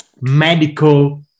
medical